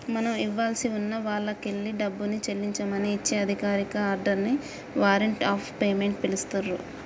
మనం ఇవ్వాల్సి ఉన్న వాల్లకెల్లి డబ్బుని చెల్లించమని ఇచ్చే అధికారిక ఆర్డర్ ని వారెంట్ ఆఫ్ పేమెంట్ పిలుత్తున్రు